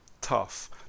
tough